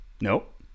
Nope